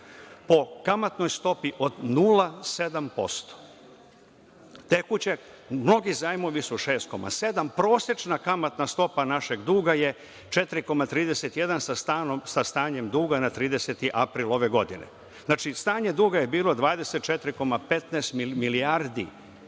po kamatnoj stopi od 0,7%. Mnogi zajmovi su 6,7%, prosečna kamatna stopa našeg druga je 4,31% sa stanjem duga na 30. april ove godine. Stanje duga je bilo 24,15 milijardi